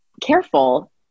careful